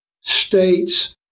states